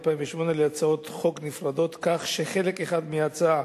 להצעות חוק נפרדות כך שחלק אחד מההצעה